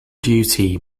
duty